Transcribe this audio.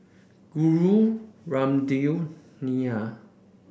Guru Ramdev Neila